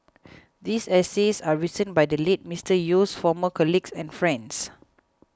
these essays are written by the late Mister Yew's former colleagues and friends